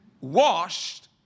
washed